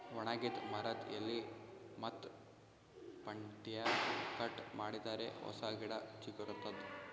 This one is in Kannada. ಒಣಗಿದ್ ಮರದ್ದ್ ಎಲಿ ಮತ್ತ್ ಪಂಟ್ಟ್ಯಾ ಕಟ್ ಮಾಡಿದರೆ ಹೊಸ ಗಿಡ ಚಿಗರತದ್